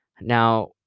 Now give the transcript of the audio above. Now